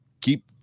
Keep